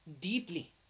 deeply